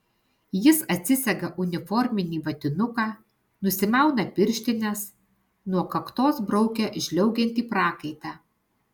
jis atsisega uniforminį vatinuką nusimauna pirštines nuo kaktos braukia žliaugiantį prakaitą